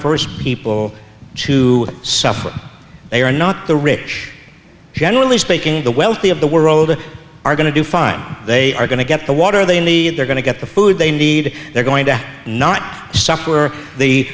first people to suffer they are not the rich generally speaking the wealthy of the world are going to do fine they are going to get the water they need the they're going to get the food they need they're going to not suffer the